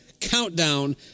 countdown